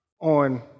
on